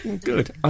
Good